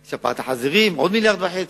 שפעת החזירים, עוד מיליארד וחצי,